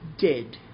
dead